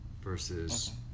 versus